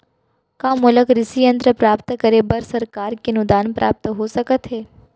का मोला कृषि यंत्र प्राप्त करे बर सरकार से अनुदान प्राप्त हो सकत हे?